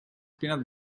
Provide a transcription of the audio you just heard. peanut